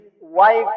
wife